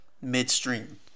midstream